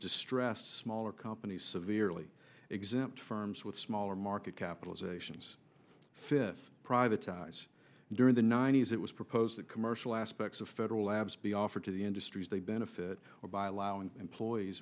distressed smaller companies severely exempt firms with smaller market capitalizations fifth privatized during the ninety's it was proposed that commercial aspects of federal labs be offered to the industries they benefit or by allowing employees